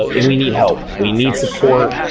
ah and we need help. we need support.